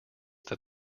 that